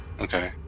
okay